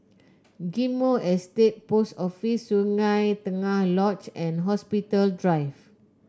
Ghim Moh Estate Post Office Sungei Tengah Lodge and Hospital Drive